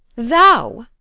thou?